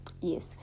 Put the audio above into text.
Yes